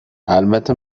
البته